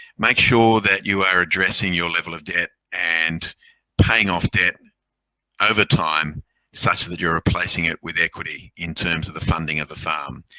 make sure that you are addressing your level of debt and paying off debt over time such that you're replacing it with equity in terms of the funding of the farm.